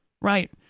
right